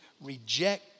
reject